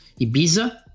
Ibiza